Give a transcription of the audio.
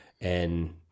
And-